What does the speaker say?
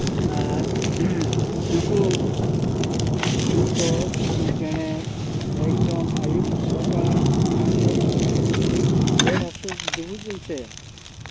ᱟᱨ ᱱᱩᱠᱩ ᱠᱤᱥᱱᱤ ᱠᱚ ᱠᱤᱥᱱᱤ ᱪᱮᱬᱮ ᱮᱠᱫᱚᱢ ᱟᱹᱭᱩᱵ ᱪᱷᱚᱴᱟ ᱠᱷᱟᱱᱜᱮ ᱵᱮᱨ ᱦᱟᱹᱥᱩᱨ ᱰᱩᱵᱩᱡᱮᱱ ᱥᱮ